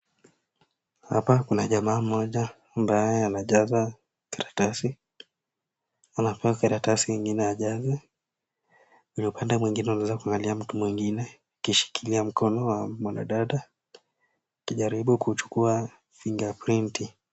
Hapa kuna jamaa mmoja ambaye anajaza karatasi . Anapewa katarasi ingine ajaze na upande mwingine unaweza kuangalia mtu mwingine akishikilia mkono wa mwanadada akijaribu kuchukua fingerprinti .